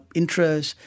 interests